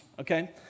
Okay